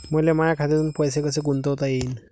मले माया खात्यातून पैसे कसे गुंतवता येईन?